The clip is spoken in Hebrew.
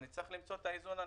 נצטרך למצוא את האיזון הנכון.